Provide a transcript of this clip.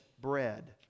bread